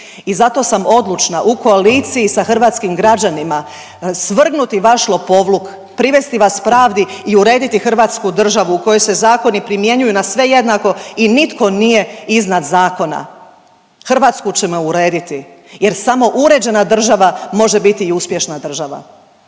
I zato sam odlučna u koaliciji sa hrvatskim građanima svrgnuti vaš lopovluk, privesti vas pravdi i urediti hrvatsku državi u kojoj se zakoni primjenjuju na sve jednako i nitko nije iznad zakona. Hrvatsku ćemo urediti jer samo uređena država može biti i uspješna država.